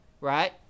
Right